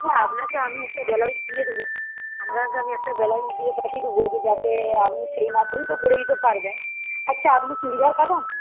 না আপনাকে আমি একটা ব্লাউজ দিয়ে দেবো আপনাকে আমি একটা ব্লাউজ দিয়ে পাঠিয়ে দেবো যাতে আপনি সেই মাপেই তো করে দিতে পারবেন আচ্ছা আপনি চুড়িদার কাটান